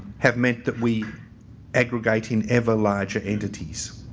have meant that we aggregate in ever larger entities.